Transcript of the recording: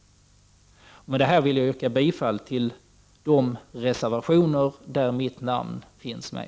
Med detta vill jag yrka bifall till de reservationer där mitt namn finns med.